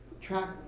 track